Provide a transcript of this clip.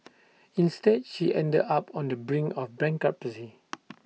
instead she ended up on the brink of bankruptcy